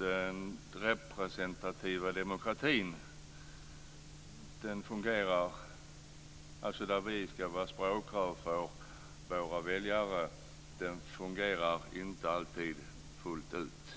Den representativa demokratin - alltså där vi ska vara språkrör för våra väljare - fungerar inte alltid fullt ut.